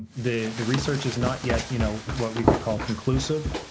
the the research is not yet you know what we could call conclusive,